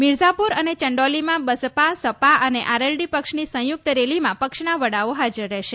મિરઝાપુર અને ચંડોલીમાં બસપા સપા અને આરએલડી પક્ષની સંયુક્ત રેલીમાં પક્ષના વડાઓ હાજર રહેશે